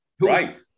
Right